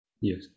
yes